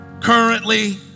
currently